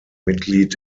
mitglied